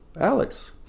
Alex